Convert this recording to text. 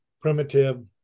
primitive